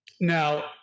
Now